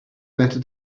better